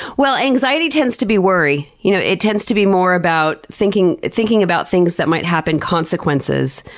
well, anxiety tends to be worry. you know it tends to be more about thinking thinking about things that might happen, consequences.